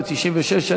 ב-1996,